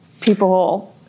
People